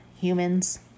humans